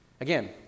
again